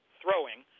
throwing